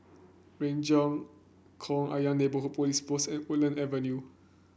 Renjong Ayer Neighbourhood Police Post and Woodland Avenue